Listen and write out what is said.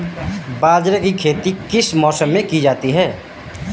बाजरे की खेती किस मौसम में की जाती है?